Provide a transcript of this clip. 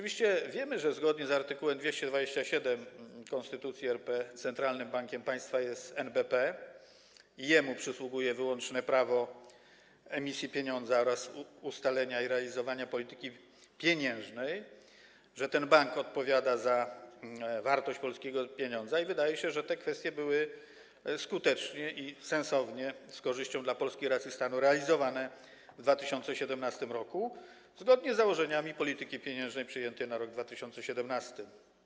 Wiemy, że zgodnie z art. 227 Konstytucji RP centralnym bankiem państwa jest NBP i jemu przysługuje wyłączne prawo emisji pieniądza oraz ustalania i realizowania polityki pieniężnej, że ten bank odpowiada za wartość polskiego pieniądza, i wydaje się, że to było skutecznie i sensownie, z korzyścią dla polskiej racji stanu realizowane w 2017 r. zgodnie z założeniami polityki pieniężnej przyjętymi na rok 2017.